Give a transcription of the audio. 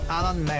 Alan